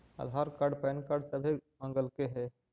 आधार card PAN card सभे मगलके हे?